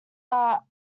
are